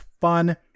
fun